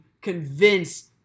convince